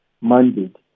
mandate